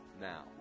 now